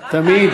תמיד.